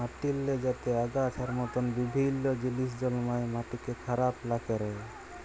মাটিল্লে যাতে আগাছার মত বিভিল্ল্য জিলিস জল্মায় মাটিকে খারাপ লা ক্যরে